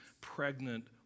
pregnant